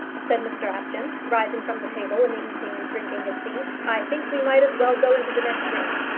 said mr apjohn, rising from the table when the eating and drinking had ceased, i think we might as well go into the next room.